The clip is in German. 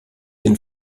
den